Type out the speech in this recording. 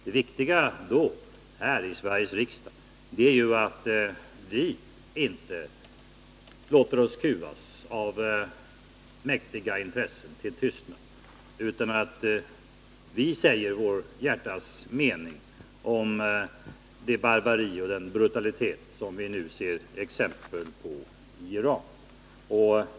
Det viktiga då, för oss här i Sveriges riksdag, är ju att Sverige inte låter sig kuvas till tystnad av mäktiga intressen utan att vi säger våra hjärtans mening om det barbari och den brutalitet som vi nu ser exempel på i Iran.